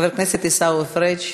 חבר הכנסת עיסאווי פריג'.